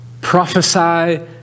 Prophesy